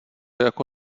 jako